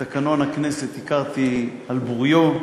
את תקנון הכנסת הכרתי על בוריו,